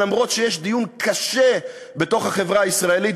אף שיש דיון קשה בתוך החברה הישראלית,